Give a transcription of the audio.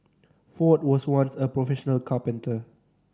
Ford was once a professional carpenter